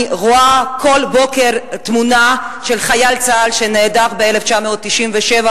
אני רואה כל בוקר תמונה של חייל צה"ל שנעדר מאז 1997,